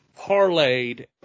parlayed